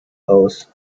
aus